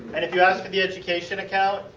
and if you ask for the education account,